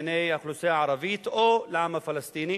לענייני האוכלוסייה הערבית או לעם הפלסטיני.